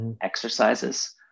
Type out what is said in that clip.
exercises